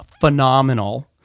phenomenal